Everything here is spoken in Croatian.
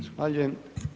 Zahvaljujem.